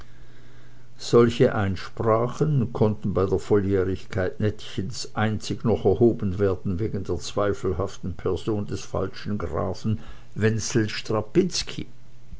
solche einsprachen konnten bei der volljährigkeit nettchens einzig noch erhoben werden wegen der zweifelhaften person des falschen grafen wenzel